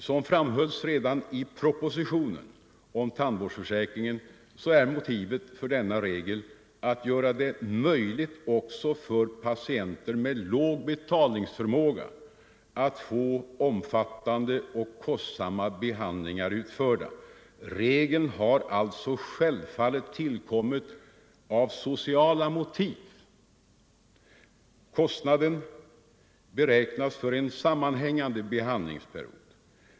Som framhölls redan i propositionen om tandvårdsförsäkringen är motivet för denna regel att göra det möjligt också för 43 patienter med låg betalningsförmåga att få omfattande och kostsamma behandlingar utförda. Regeln har alltså självfallet tillkommit av sociala motiv. Kostnaden skall beräknas för en sammanhängande behandlingsföljd.